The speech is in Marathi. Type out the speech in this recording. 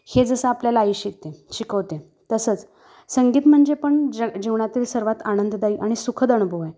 हे जसं आपल्याला आई शिकते शिकवते तसंच संगीत म्हणजे पण ज जीवनातील सर्वात आनंददायी आणि सुखद अनुभव आहे